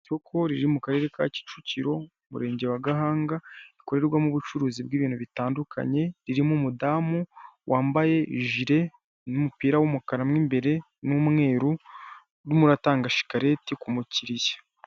Isoko ririr mu karerere ka Cyicukiro, umurenge wa Gahanda rikorerwamo ubucuruzi bw'ibintu butandukanye, ririmo umudamu wambaye ijire n'umupira w'umukara mo imbere n'umweru, urimo uratanga shikarete ku mukiriya.